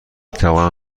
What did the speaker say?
توانم